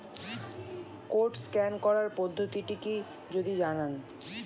Code scan করার পদ্ধতিটি কি যদি জানান?